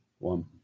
One